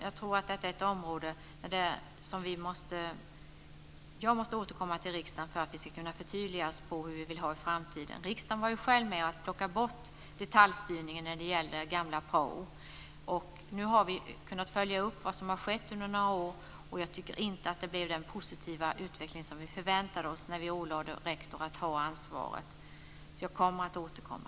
Jag tror att detta är ett område där jag måste återkomma till riksdagen för att vi ska kunna förtydliga oss när det gäller hur vi vill ha det i framtiden. Riksdagen var ju själv med om att plocka bort detaljstyrningen när det gällde gamla prao. Nu har vi kunnat följa upp vad som har skett under några år, och jag tycker inte att det blev den positiva utveckling som vi förväntade oss när vi ålade rektor att ha ansvaret. Jag kommer därför att återkomma.